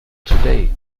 today